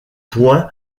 point